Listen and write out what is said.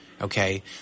okay